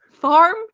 farm